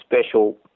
special